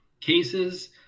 cases